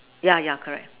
yeah yeah correct